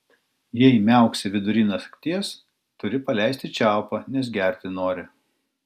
jei miauksi vidury nakties turi paleisti čiaupą nes gerti nori